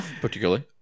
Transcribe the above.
particularly